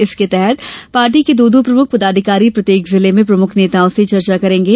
इसके तहत पार्टी के दो दो प्रमुख पदाधिकारी प्रत्येक जिले में प्रमुख नेताओं से चर्चा करेंगे